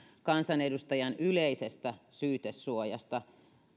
kansanedustajan yleisestä syytesuojasta